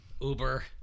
Uber